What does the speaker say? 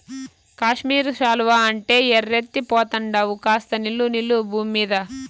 కాశ్మీరు శాలువా అంటే ఎర్రెత్తి పోతండావు కాస్త నిలు నిలు బూమ్మీద